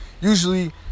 Usually